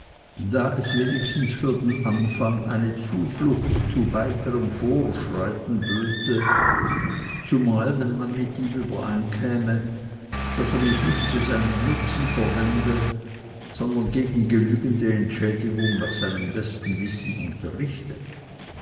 da es wenigstens für den anfang eine zuflucht zu weiterm vorschreiten böte zumal wenn man mit ihm übereinkäme daß er mich nicht zu seinem nutzen verwende sondern gegen genügende entschädigung nach seinem besten wissen unterrichte